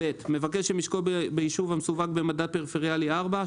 מבקש שמשקו ביישוב המסווג במדד פריפריאלי 4,